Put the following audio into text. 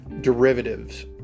derivatives